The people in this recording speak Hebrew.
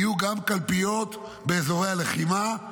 יהיו גם קלפיות באזורי הלחימה,